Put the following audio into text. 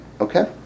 Okay